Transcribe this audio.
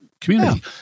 community